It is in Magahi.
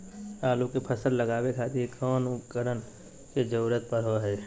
आलू के फसल लगावे खातिर कौन कौन उपकरण के जरूरत पढ़ो हाय?